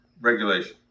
regulation